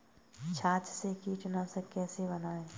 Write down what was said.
छाछ से कीटनाशक कैसे बनाएँ?